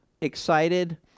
Excited